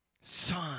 son